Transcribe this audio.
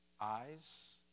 eyes